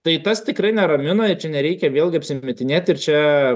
tai tas tikrai neramina ir čia nereikia vėlgi apsimetinėt ir čia